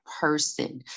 person